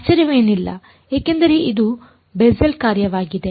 ಆಶ್ಚರ್ಯವೇನಿಲ್ಲ ಏಕೆಂದರೆ ಇದು ಬೆಸೆಲ್ ಕಾರ್ಯವಾಗಿದೆ